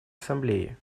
ассамблеи